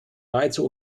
nahezu